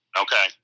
Okay